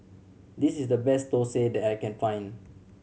this is the best thosai that I can find